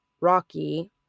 Rocky